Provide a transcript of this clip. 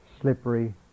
slippery